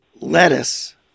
lettuce